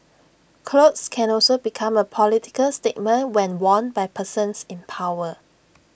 clothes can also become A political statement when worn by persons in power